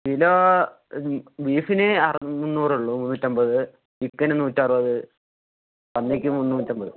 kilo ബീഫിന് മുന്നൂറെയുള്ളൂ മുന്നൂറ്റിയമ്പത് ചിക്കന് നൂറ്റിയറുപത് പന്നിക്ക് മുന്നൂറ്റിയമ്പത്